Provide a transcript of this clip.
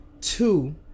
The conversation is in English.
two